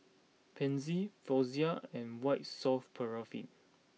Pansy Floxia and White Soft Paraffin